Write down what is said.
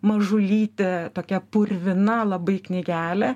mažulytė tokia purvina labai knygelė